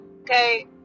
okay